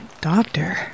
Doctor